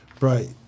Right